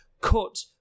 cut